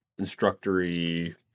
instructory